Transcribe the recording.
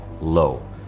low